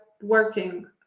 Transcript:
working